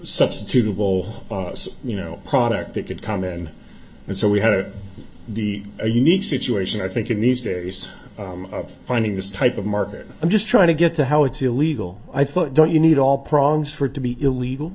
substitutable you know product that could come in and so we had to be a unique situation i think in these days of finding this type of market i'm just trying to get to how it's illegal i thought don't you need all prongs for it to be illegal